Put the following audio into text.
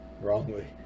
wrongly